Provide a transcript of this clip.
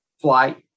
flight